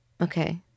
Okay